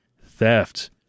theft